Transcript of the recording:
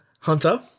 hunter